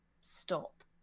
stop